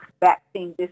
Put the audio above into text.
vaccine